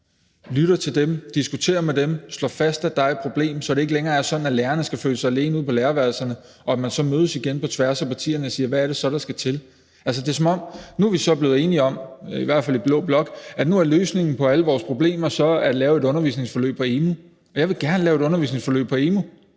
lytter til dem, diskuterer med dem, slår fast, at der er et problem, så det ikke længere er sådan, at lærerne skal føle sig alene ude på lærerværelserne, og at man så mødes igen på tværs af partierne og siger: Hvad er det, der skal til? Det er, som om man nu er blevet enig om, i hvert fald i blå blok, at løsningen på alle vores problemer så er at lave et undervisningsforløb på emu.dk. Jeg vil gerne lave et undervisningsforløb på